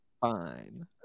fine